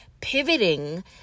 pivoting